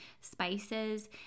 spices